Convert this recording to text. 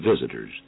visitors